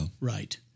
Right